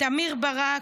תמיר ברק,